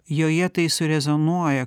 joje tai surezionuoja